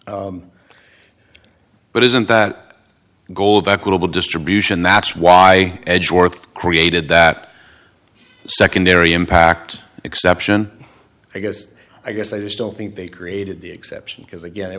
but isn't that goal of equitable distribution that's why edgeworth created that secondary impact exception i guess i guess i just don't think they created the exception because again it